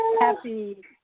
Happy